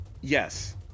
Yes